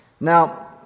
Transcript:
Now